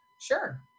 Sure